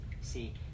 See